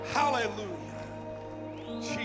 Hallelujah